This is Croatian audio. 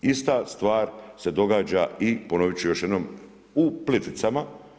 Ista stvar se događa i ponovit ću još jednom u Plitvicama.